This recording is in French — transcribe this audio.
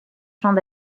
champs